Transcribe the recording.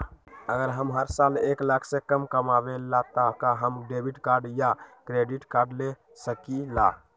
अगर हम हर साल एक लाख से कम कमावईले त का हम डेबिट कार्ड या क्रेडिट कार्ड ले सकीला?